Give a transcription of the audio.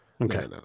Okay